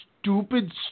Stupid